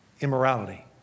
immorality